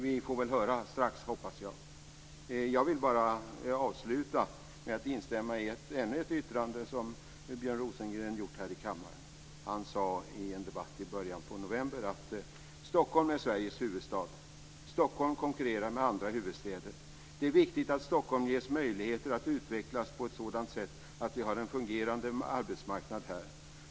Vi får strax höra, hoppas jag. Låt mig avsluta med att instämma i ännu ett yttrande av Björn Rosengren i en debatt i kammaren i början av november: "Stockholm är Sveriges huvudstad. Stockholm konkurrerar med andra huvudstäder. Det är viktigt att Stockholm ges möjligheter att utvecklas på ett sådant sätt att vi har en fungerande arbetsmarknad här.